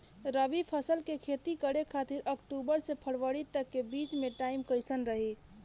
रबी फसल के खेती करे खातिर अक्तूबर से फरवरी तक के बीच मे टाइम कैसन रही?